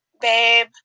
babe